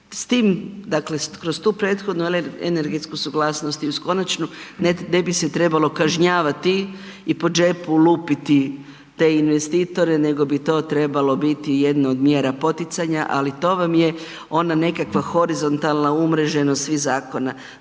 S tim, dakle kroz tu prethodnu energetsku suglasnost i uz konačnu, ne bi se trebalo kažnjavati i po džepu lupiti te investitore nego bi to trebalo biti jedno od mjera poticanja, ali to vam je ona nekakva horizontalna umreženost svih zakona.